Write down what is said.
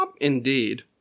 Indeed